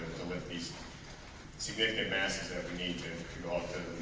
to lift these significant masses that we need to get off the